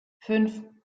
fünf